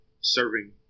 serving